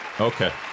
Okay